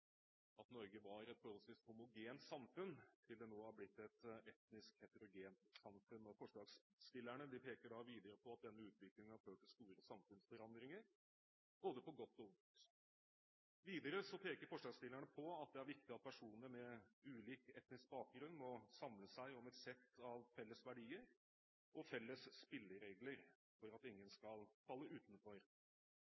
at Norge var et forholdsvis homogent samfunn, til det nå har blitt et etnisk heterogent samfunn. Forslagsstillerne peker videre på at denne utviklingen har ført til store samfunnsforandringer, både på godt og vondt. Videre peker forslagsstillerne på at det er viktig at personer med ulik etnisk bakgrunn må samle seg om et sett av felles verdier og felles spilleregler for at ingen